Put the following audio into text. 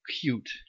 cute